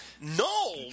No